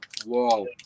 Whoa